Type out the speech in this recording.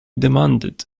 demanded